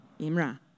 Imra